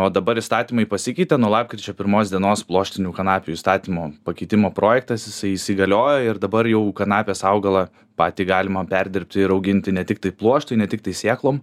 o dabar įstatymai pasikeitė nuo lapkričio pirmos dienos pluoštinių kanapių įstatymo pakeitimo projektas jisai įsigaliojo ir dabar jau kanapės augalą patį galima perdirbti ir auginti ne tiktai pluoštui ne tiktai sėklom